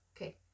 Okay